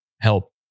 help